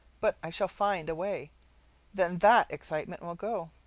but i shall find a way then that excitement will go.